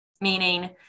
meaning